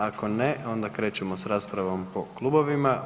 Ako ne, onda krećemo s raspravom po klubovima.